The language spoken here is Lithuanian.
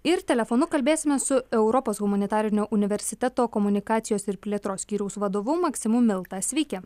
ir telefonu kalbėsimės su europos humanitarinio universiteto komunikacijos ir plėtros skyriaus vadovu maksimu milta sveiki